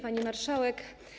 Pani Marszałek!